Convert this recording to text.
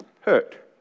hurt